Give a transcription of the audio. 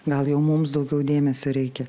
gal jau mums daugiau dėmesio reikia